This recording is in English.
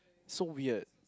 so weird